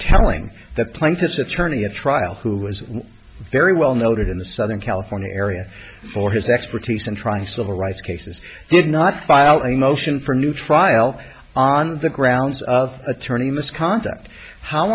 telling the plaintiff's attorney a trial who was very well noted in the southern california area for his expertise and try civil rights cases did not file a motion for a new trial on the grounds of attorney misconduct how